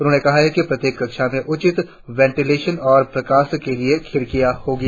उन्होंने कहा कि प्रत्येक कक्षा में उचित वेंटिलेशन और प्रकाश के लिए खिड़की और प्रशंसक होगा